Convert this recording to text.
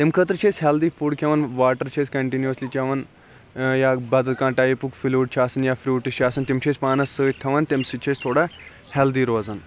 تمہِ خٲطرٕ چھِ أسۍ ہیٚلدی فُڈ کھیٚوان واٹَر چھِ أسۍ کَنٹنیوسلی چیٚوان یا بَدَل کانٛہہ ٹایپُک فِلوڈ چھُ آسان یا فروٗٹٕس چھِ آسان تِم چھِ أسۍ پانَس سۭتۍ تھاوان تمہ سۭتۍ چھِ أسۍ تھوڑا ہیٚلدی روزان